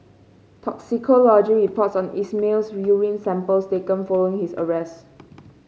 toxicology reports on Ismail's urine samples taken following his arrest